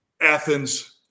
Athens